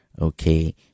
okay